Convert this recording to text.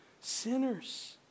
sinners